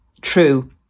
true